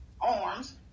arms